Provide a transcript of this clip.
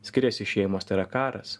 skiriasi šeimos tai yra karas